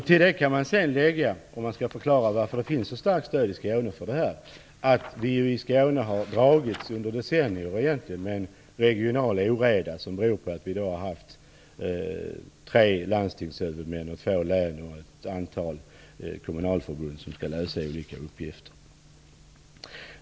Till detta skall läggas - om man skall förklara varför stödet i Skåne är så starkt - att vi i Skåne under decennier har dragits med en regional oreda som beror på att vi har haft tre landstingshuvudmän, två län och ett antal kommunalförbund för lösandet av olika uppgifter.